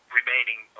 remaining